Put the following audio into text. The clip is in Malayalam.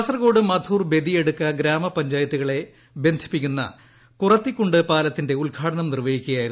കാസർകോട് മധൂർ ബെദിയടുക്ക ഗ്രാമപഞ്ചായത്തുകളെ ബന്ധിപ്പിക്കുന്ന കുറത്തിക്കുണ്ട് പാലത്തിന്റെ ഉദ്ഘാടനം നിർവ്വഹിക്കുകയുണ്ടായിരുന്നു